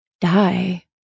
die